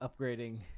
upgrading